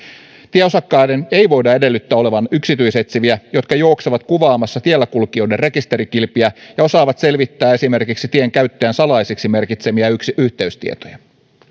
tieosakkaiden ei voida edellyttää olevan yksityisetsiviä jotka juoksevat kuvaamassa tielläkulkijoiden rekisterikilpiä ja osaavat selvittää esimerkiksi tien käyttäjän salaiseksi merkitsemiä yhteystietoja